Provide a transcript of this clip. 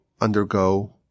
undergo